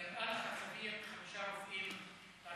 נראה לך סביר, חמישה רופאים בארבעה חודשים?